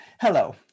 Hello